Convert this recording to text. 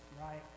right